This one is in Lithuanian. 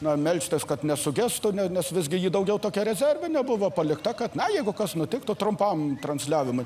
na melstis kad nesugestų nes visgi ji daugiau tokia rezervinė buvo palikta kad na jeigu kas nutiktų trumpam transliavimui